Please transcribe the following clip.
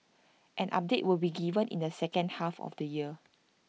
an update will be given in the second half of the year